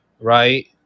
right